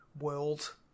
world